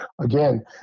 Again